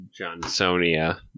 Johnsonia